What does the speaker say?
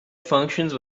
functions